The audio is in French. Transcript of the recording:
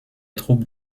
troupes